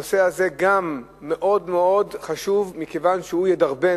הוא גם מאוד-מאוד חשוב מכיוון שהוא ידרבן